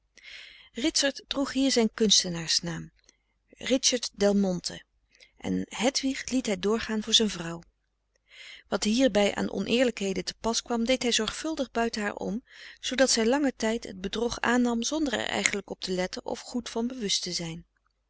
ritsert droeg hier zijn kunstenaarsnaam richard delmonte en hedwig liet hij doorgaan voor zijn vrouw wat hierbij aan oneerlijkheden te pas kwam deed hij zorgvuldig buiten haar om zoodat zij langen tijd het bedrog aannam zonder er eigenlijk op te letten of goed van bewust te zijn